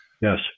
yes